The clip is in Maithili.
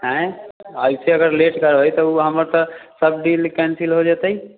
आँय अइसे अगर लेट करबै तऽ उ हमर तऽ सभ डील कैंसिल होइ जेतै